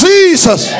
Jesus